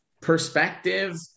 perspective